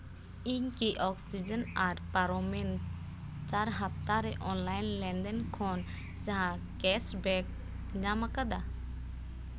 ᱤᱧ ᱠᱤ ᱚᱠᱥᱤᱡᱮᱱ ᱟᱨ ᱯᱟᱨᱚᱢᱮᱱ ᱪᱟᱨ ᱦᱟᱯᱛᱟ ᱨᱮ ᱚᱱᱞᱟᱭᱤᱱ ᱞᱮᱱᱫᱮᱱ ᱠᱷᱚᱱ ᱡᱟᱦᱟᱸ ᱠᱮᱥᱵᱮᱠ ᱧᱟᱢ ᱟᱠᱟᱫᱟ